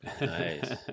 nice